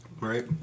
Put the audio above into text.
Right